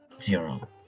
Zero